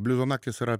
bliuzo naktys yra